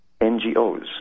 NGOs